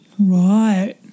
right